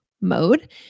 mode